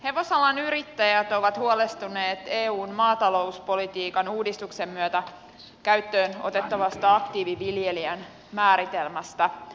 hevosalan yrittäjät ovat huolestuneet eun maatalouspolitiikan uudistuksen myötä käyttöön otettavasta aktiiviviljelijän määritelmästä